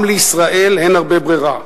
גם לישראל אין הרבה ברירה.